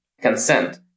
consent